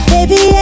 Baby